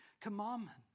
commandment